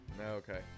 Okay